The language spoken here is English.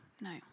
no